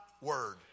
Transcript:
word